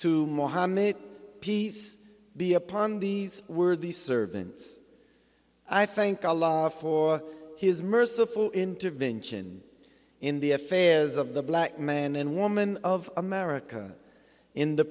to mohammed peace be upon these were the servants i thank allah for his merciful intervention in the affairs of the black man and woman of america in the